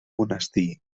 monestir